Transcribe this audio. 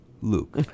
Luke